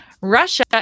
Russia